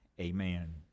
Amen